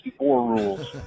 rules